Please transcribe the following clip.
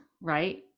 right